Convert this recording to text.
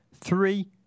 three